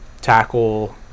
Tackle